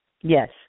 Yes